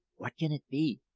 what can it be?